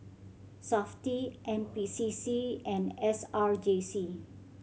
Safti N P C C and S R J C